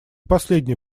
последний